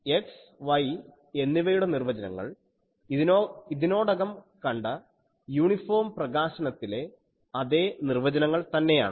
X Y എന്നിവയുടെ നിർവചനങ്ങൾ ഇതിനോടകം കണ്ട യൂണിഫോം പ്രകാശനത്തിലെ അതേ നിർവചനങ്ങൾ തന്നെയാണ്